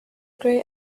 grey